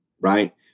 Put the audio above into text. right